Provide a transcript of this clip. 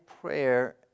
prayer